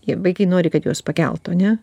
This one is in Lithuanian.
jie vaikai nori kad juos pakeltų ane